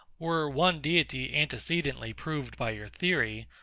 were one deity antecedently proved by your theory,